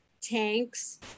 tanks